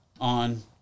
on